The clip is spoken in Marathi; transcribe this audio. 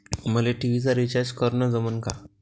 मले टी.व्ही चा रिचार्ज करन जमन का?